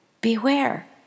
beware